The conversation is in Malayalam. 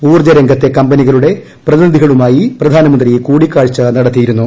ഊർജ്ജ രംഗത്തെ കമ്പനികളുടെ പ്രതിനിധികളുമായി പ്രധാനമന്ത്രി കൂടിക്കാഴ്ച നടത്തിയിരുന്നു